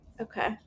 Okay